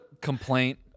complaint